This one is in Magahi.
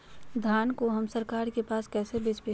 धान को हम सरकार के पास कैसे बेंचे?